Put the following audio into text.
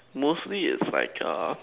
mostly it's like a